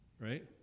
Right